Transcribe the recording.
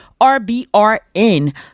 RBRN